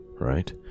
right